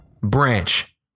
branch